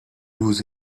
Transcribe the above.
lose